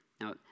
Now